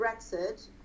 Brexit